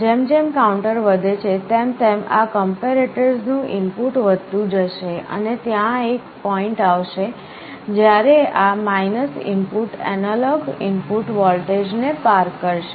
જેમ જેમ કાઉન્ટર વધે છે તેમ તેમ આ કંપેરેટર્સનું ઇનપુટ વધતું જશે અને ત્યાં એક પોઇન્ટ આવશે જ્યારે આ ઇનપુટ એનાલોગ ઇનપુટ વોલ્ટેજને પાર કરશે